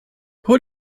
who